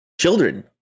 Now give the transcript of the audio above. Children